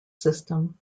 system